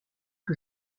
que